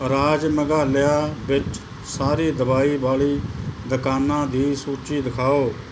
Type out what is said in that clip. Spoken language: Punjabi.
ਰਾਜ ਮੇਘਾਲਿਆ ਵਿੱਚ ਸਾਰੀ ਦਵਾਈ ਵਾਲੀ ਦੁਕਾਨਾਂ ਦੀ ਸੂਚੀ ਦਿਖਾਓ